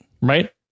Right